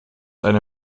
eine